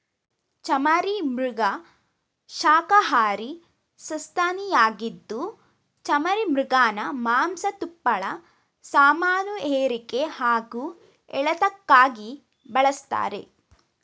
ಚಮರೀಮೃಗ ಶಾಖಹಾರಿ ಸಸ್ತನಿಯಾಗಿದ್ದು ಚಮರೀಮೃಗನ ಮಾಂಸ ತುಪ್ಪಳ ಸಾಮಾನುಹೇರಿಕೆ ಹಾಗೂ ಎಳೆತಕ್ಕಾಗಿ ಬಳಸ್ತಾರೆ